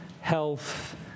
health